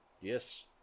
Yes